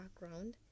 background